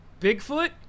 Bigfoot